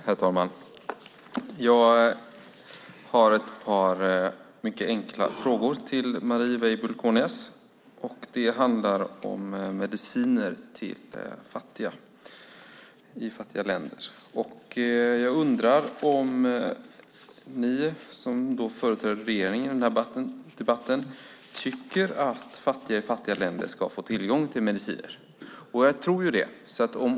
Herr talman! Jag har ett par mycket enkla frågor till Marie Weibull Kornias. De handlar om mediciner till fattiga människor i fattiga länder. Jag undrar om ni som företräder regeringen i denna debatt tycker att fattiga människor i fattiga länder ska få tillgång till mediciner. Jag tror det.